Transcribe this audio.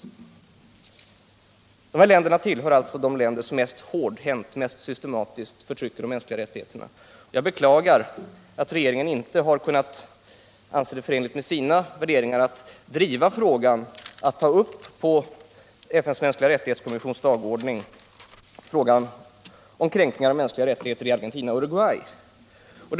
Argentina och Uruguay tillhör alltså de länder som mest hårdhänt och systematiskt bryter mot de mänskliga rättigheterna. Jag beklagar därför att regeringen inte ansett det förenligt med sina värderingar att driva frågan om kränkning av mänskliga rättigheter i Argentina och Uruguay och försöka få upp den på FN:s mänskliga rättighetskommissions dagordning.